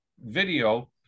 video